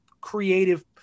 creative